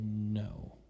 No